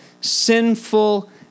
sinful